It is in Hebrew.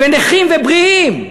ונכים ובריאים,